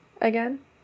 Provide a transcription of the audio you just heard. again